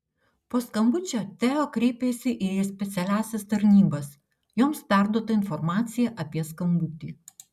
po skambučio teo kreipėsi ir į specialiąsias tarnybas joms perduota informacija apie skambutį